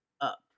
up